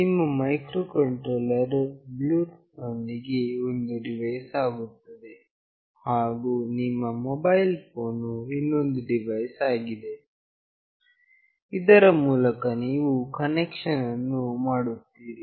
ನಿಮ್ಮ ಮೈಕ್ರೋಕಂಟ್ರೋಲರ್ ವು ಬ್ಲೂಟೂತ್ ನೊಂದಿಗೆ ಒಂದು ಡಿವೈಸ್ ಆಗುತ್ತದೆ ಹಾಗು ನಿಮ್ಮ ಮೊಬೈಲ್ ಫೋನ್ ವು ಇನ್ನೊಂದು ಡಿವೈಸ್ ಆಗಿದೆ ಇದರ ಮೂಲಕ ನೀವು ಕನೆಕ್ಷನ್ ಅನ್ನು ಮಾಡುತ್ತೀರಿ